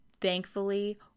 thankfully